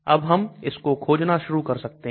अब हम इसको खोजना शुरू कर सकते हैं